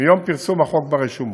מיום פרסום החוק ברשומות.